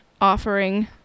offering